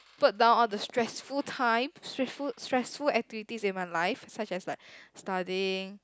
flip down all the stressful time stressful stressful activities in my life such as like studying